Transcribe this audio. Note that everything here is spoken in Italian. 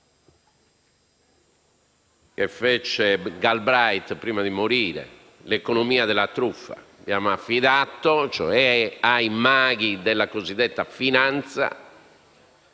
che scrisse Galbraith prima di morire: «L'economia della truffa». Ci siamo affidati ai maghi della cosiddetta finanza,